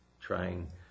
trying